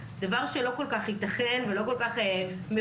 דבר שלא כל כך ייתכן ולא כל כך מקובל,